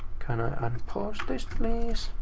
can i unpause this please?